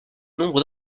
nombre